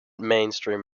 mainstream